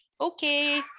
okay